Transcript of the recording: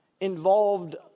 involved